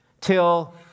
till